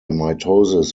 mitosis